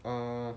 err